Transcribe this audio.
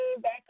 back